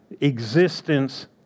existence